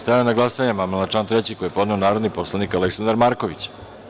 Stavljam na glasanje amandman na član 3. koji je podneo narodni poslanik Aleksandar Marković.